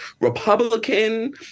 Republican